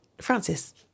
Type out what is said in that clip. Francis